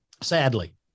Sadly